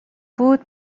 بود